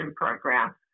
Program